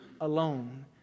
alone